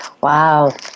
Wow